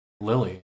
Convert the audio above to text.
Lily